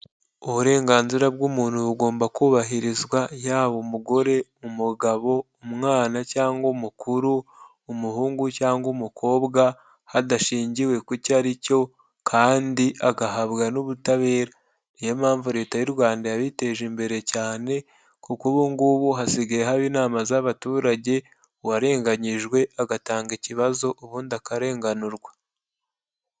Uburenganzira bw'umuntu bugomba kubahirizwa yaba umugore, umugabo, umwana cyangwa umukuru, umuhungu cyangwa umukobwa, hadashingiwe ku cyo ari cyo kandi agahabwa n'ubutabera. Ni yo mpamvu Leta y'u Rwanda yabiteje imbere cyane kuko ubu ngubu hasigaye haba inama z'abaturage uwarenganyijwe agatanga ikibazo ubundi akarenganurwa.